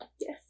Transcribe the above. Yes